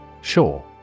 Sure